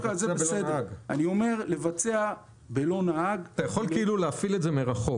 אומר שאתה יכול להפעיל את זה מרחוק,